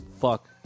Fuck